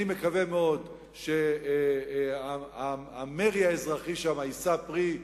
אני מקווה מאוד שהמרי האזרחי שם יישא פרי,